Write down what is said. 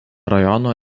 rajono